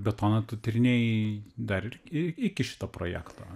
betoną tu tyrinėjai dar ir iki šito projekto